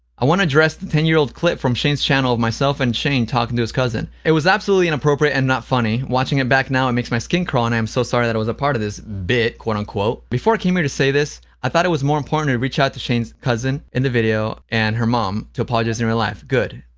i want to address the ten year old clip from shane's channel of myself and shane talking to his cousin. it was absolutely inappropriate and not funny. watching it back now, it makes my skin crawl, and i am so sorry that i was a part of this bit quote-unquote. before i came here to say this, i thought it was more important to reach out to shane's cousin in the video and her mom to apologize in real life. good,